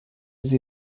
sie